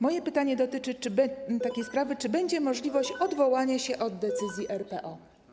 Moje pytanie dotyczy takiej sprawy: Czy będzie możliwość odwołania się od decyzji RPO?